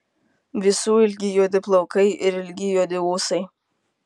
visų ilgi juodi plaukai ir ilgi juodi ūsai